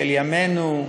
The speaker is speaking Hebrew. של ימינו,